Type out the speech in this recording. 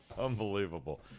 Unbelievable